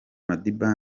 madiba